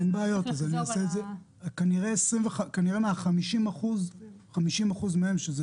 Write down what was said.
אין בעיה, כנראה מה-50% מהם, שזה